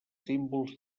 símbols